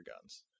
guns